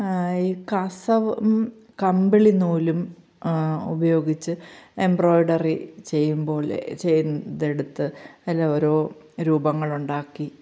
ഈ കസവും കമ്പിളി നൂലും ഉപയോഗിച്ച് എംബ്രോയ്ഡറി ചെയ്യും പോലെ ചെയ്തെടുത്തു അതിൽ ഓരോ രൂപങ്ങൾ ഉണ്ടാക്കി